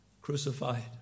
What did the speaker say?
Crucified